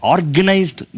Organized